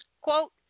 quote